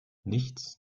nichts